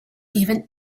even